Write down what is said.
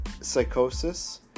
psychosis